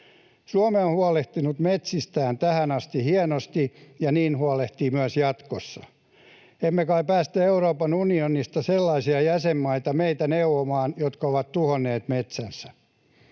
Suomi on huolehtinut metsistään tähän asti hienosti ja niin huolehtii myös jatkossa. Emme kai päästä Euroopan unionista sellaisia jäsenmaita meitä neuvomaan, jotka ovat tuhonneet metsänsä?